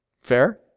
Fair